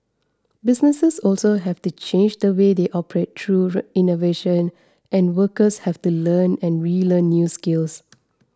businesses also have to change the way they operate through innovation and workers have to learn and relearn new skills